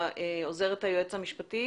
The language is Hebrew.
עוזרת היועץ המשפטי